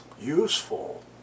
useful